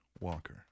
Walker